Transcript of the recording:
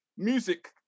Music